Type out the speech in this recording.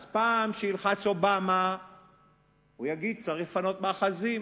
אז כשילחץ אובמה הוא יגיד: צריך לפנות מאחזים.